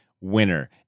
winner